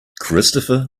christopher